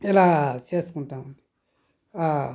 ఇలా చేసుకుంటాము